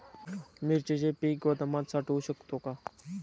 मिरचीचे पीक गोदामात साठवू शकतो का?